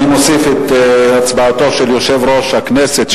אני מוסיף את הצבעתו של יושב-ראש הכנסת,